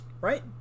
right